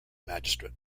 magistrate